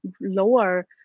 lower